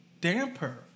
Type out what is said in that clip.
Damper